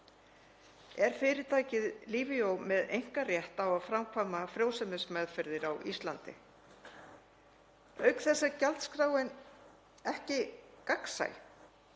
Er fyrirtækið Livio með einkarétt á að framkvæma frjósemismeðferðir á Íslandi? Auk þess er gjaldskráin ekki gagnsæ.